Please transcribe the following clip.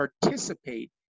participate